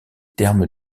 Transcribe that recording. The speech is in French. termes